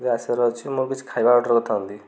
ଯଦି ଆସିବାର ଅଛି ମୁଁ କିଛି ଖାଇବା ଅର୍ଡ଼ର କରିଥାନ୍ତି